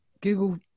Google